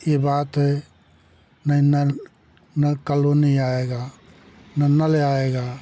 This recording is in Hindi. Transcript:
ये बात है नहीं नल न कल नहीं आएगा ना नल आएगा